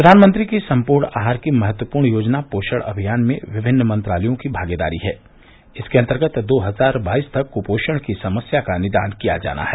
प्रधानमंत्री की संपूर्ण आहार की महत्वपूर्ण योजना पोषण अभियान में विभिन्न मंत्रालयों की भागीदारी है इसके अंतर्गत दो हजार बाईस तक कुपोषण की समस्या का निदान किया जाना है